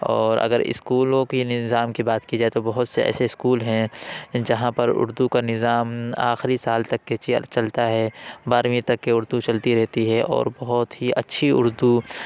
اور اگر اسکولوں کی نظام کی بات کی جائے تو بہت سے ایسے اسکول ہیں جہاں پر اردو کا نظام آخری سال تک کے چیئر چلتا ہے بارہویں تک کی اردو چلتی رہتی ہے اور بہت ہی اچھی اردو